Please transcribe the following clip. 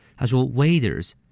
他说waiters